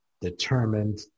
determined